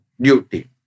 duty